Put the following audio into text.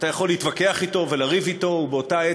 אתה יכול להתווכח אתו ולריב אתו ובאותה עת